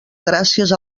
gràcies